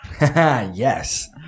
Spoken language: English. yes